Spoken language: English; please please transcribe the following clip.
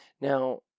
Now